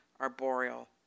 arboreal